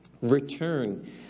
Return